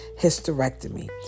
hysterectomy